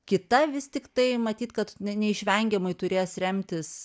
kita vis tiktai matyt kad ne neišvengiamai turės remtis